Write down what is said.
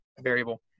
variable